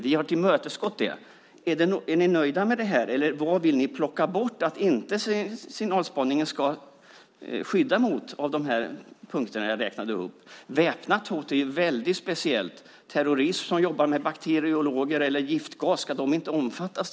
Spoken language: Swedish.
Vi har tillmötesgått er på den punkten. Är ni nöjda med det, eller vad vill ni plocka bort? Är det att signalspaningen inte ska skydda mot de punkter jag räknade upp? Väpnat hot är ju väldigt speciellt. Ska till exempel inte terrorister som jobbar med bakterier eller giftgas omfattas?